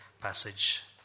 passage